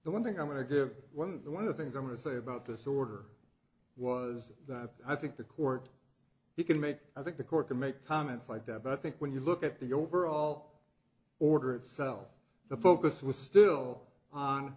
the one thing i'm going to give one the one of the things i want to say about this order was that i think the court you can make i think the court can make comments like that but i think when you look at the overall order itself the focus was still on